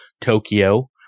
Tokyo